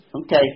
Okay